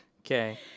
Okay